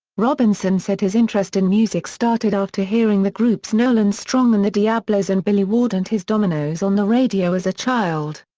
robinson said his interest in music started after hearing the groups nolan strong and the diablos and billy ward and his dominoes on the radio as a child.